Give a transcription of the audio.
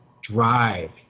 drive